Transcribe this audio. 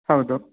ಹೌದು